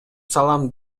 салам